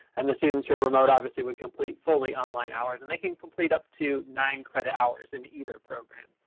and the students who are remote obviously would complete fully online hours. and they can complete up to nine credit hours in either program.